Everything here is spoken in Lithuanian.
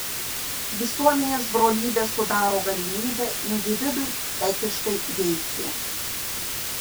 visuomenės brolybė sudaro galimybę individui etiškai veikti